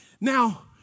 Now